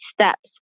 steps